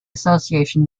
association